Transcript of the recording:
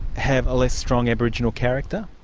have a less strong aboriginal character?